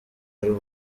ari